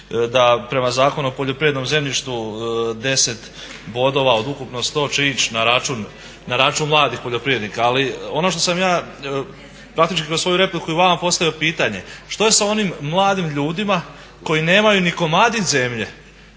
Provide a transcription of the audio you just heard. da prema Zakonu o poljoprivrednom zemljištu 10 bodova od ukupno 100 će ići na račun mladih poljoprivrednika. Ali ono što sam ja, praktički kroz svoju repliku i vama postavio pitanje što je sa onim mladim ljudima koji nemaju ni komadić zemlje,